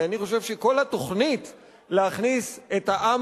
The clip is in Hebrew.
כי אני חושב שכל התוכנית להכניס את העם